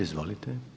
Izvolite.